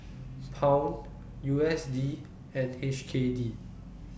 Pound U S D and H K D